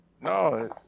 No